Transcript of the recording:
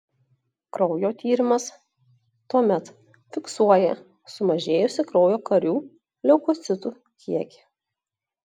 kraujo tyrimas tuomet fiksuoja sumažėjusį kraujo karių leukocitų kiekį